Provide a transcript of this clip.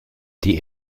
die